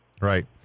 right